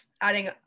adding